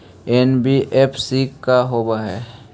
NBFC का होब?